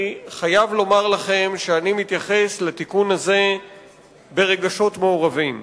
אני חייב לומר לכם שאני מתייחס לתיקון הזה ברגשות מעורבים.